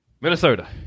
Minnesota